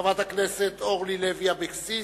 חברת הכנסת אורלי לוי אבקסיס,